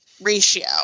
ratio